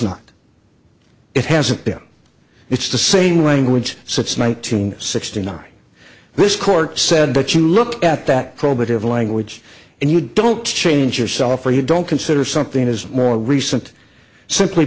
not it hasn't been it's the same language so it's nineteen sixty nine this court said but you look at that probative language and you don't change yourself or you don't consider something as more recent simply